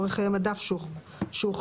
במקום "עד (4)" יבוא